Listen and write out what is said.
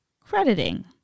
crediting